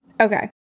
Okay